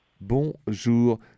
Bonjour